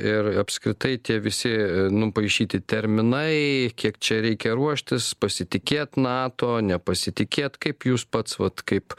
ir apskritai tie visi nupaišyti terminai kiek čia reikia ruoštis pasitikėt nato nepasitikėt kaip jūs pats vat kaip